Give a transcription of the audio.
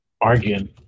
arguing